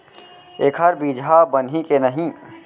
एखर बीजहा बनही के नहीं?